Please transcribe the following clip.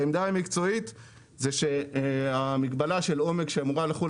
והעמדה המקצועית היא שהמגבלה של עומק שאמורה לחול